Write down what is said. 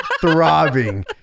throbbing